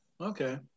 Okay